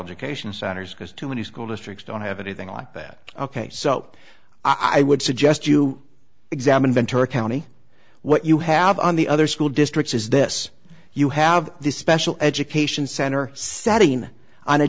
education centers because too many school districts don't have anything like that ok so i would suggest you examine ventura county what you have on the other school districts is this you have the special education center setting in